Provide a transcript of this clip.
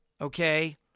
okay